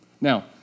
Now